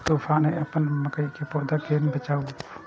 तुफान है अपन मकई के पौधा के केना बचायब?